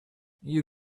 you